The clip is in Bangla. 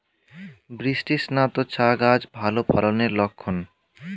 বৃষ্টিস্নাত চা গাছ ভালো ফলনের লক্ষন